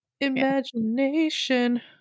Imagination